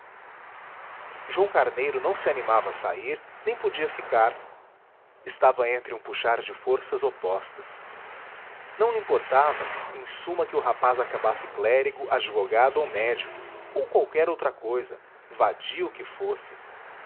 joão carneiro não se animava a sair nem podia ficar estava entre um puxar de forças opostas não lhe importava em suma que o rapaz acabasse clérigo advogado ou médico ou outra qualquer cousa vadio que fosse